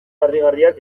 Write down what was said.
harrigarriak